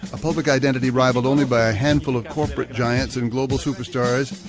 a public identity rivalled only by a handful of corporate giants and global superstars,